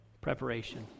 preparation